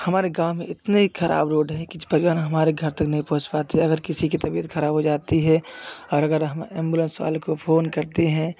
हमारे गाँव में इतनी खराब रोड है कि परिवहन हमारे घर तक नहीं पहुँच पाते अगर किसी की तबीयत खराब हो जाती है और अगर हम एंबुलेंस वाले को फोन करते हैं